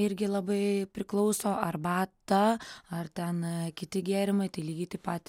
irgi labai priklauso arbata ar ten kiti gėrimai tai lygiai taip pat